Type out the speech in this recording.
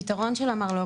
הפתרון של המרלוג,